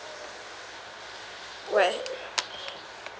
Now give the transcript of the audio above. what